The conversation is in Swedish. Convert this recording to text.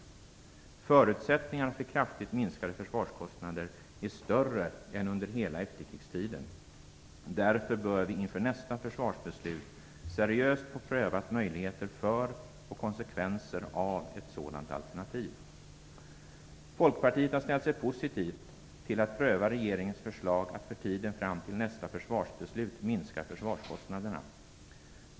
Förutsättningarna för kraftigt minskade försvarskostnader är större än under hela efterkrigstiden. Därför bör vi inför nästa försvarsbeslut seriöst pröva möjligheter för och konsekvenser av ett sådant alternativ. Folkpartiet har ställt sig positivt till att pröva regeringens förslag att för tiden fram till nästa försvarsbeslut minska försvarskostnaderna.